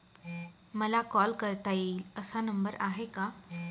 मला कॉल करता येईल असा नंबर आहे का?